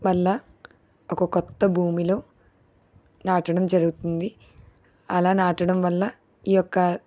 మళ్ళా ఒక కొత్త భూమిలో నాటడం జరుగుతుంది అలా నాటడం వల్ల ఈ యొక్క